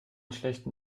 schlechtem